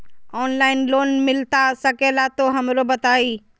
Online loan मिलता सके ला तो हमरो बताई?